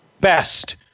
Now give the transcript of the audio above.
best